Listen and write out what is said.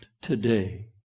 today